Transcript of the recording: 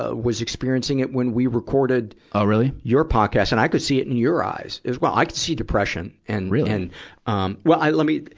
ah was experiencing it when we recorded ry oh, really? your podcast. and i could see it in your eyes as well. i can see depression. and really? and, um well, i, let me,